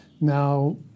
Now